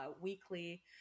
weekly